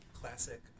classic